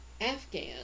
afghan